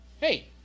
Hey